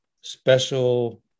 special